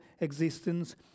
existence